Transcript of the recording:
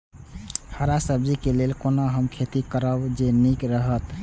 हरा सब्जी के लेल कोना हम खेती करब जे नीक रहैत?